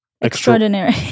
extraordinary